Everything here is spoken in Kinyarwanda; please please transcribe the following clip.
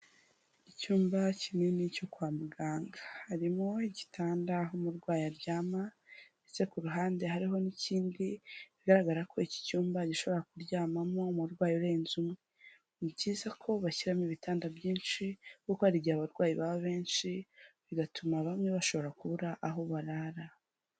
Icyumba kinini cyo kwa muganga harimo igitanda aho umurwayi aryama ndetse ku ruhande hariho n'ikindi bigaragara ko iki cyumba gishobora kuryamamo umurwayi urenze umwe. Ni byiza ko bashyiramo ibitanda byinshi kuko hari igihe abarwayi baba benshi bigatuma bamwe bashobora kubura aho barara.